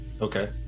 Okay